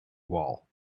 wall